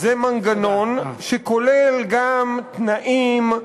הוא מנגנון שכולל גם תנאים,